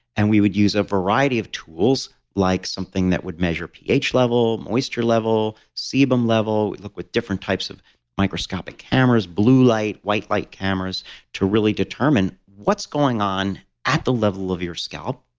and we would use a variety of tools, like something that would measure ph level, moisture level, sebum level. we look with different types of microscopic cameras, blue light, white light cameras to really determine what's going on at the level of your scalp.